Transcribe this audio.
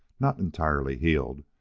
not entirely healed,